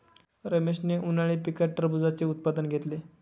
रमेशने उन्हाळी पिकात टरबूजाचे उत्पादन घेतले